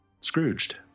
Scrooged